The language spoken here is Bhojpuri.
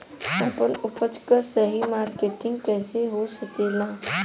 आपन उपज क सही मार्केटिंग कइसे हो सकेला?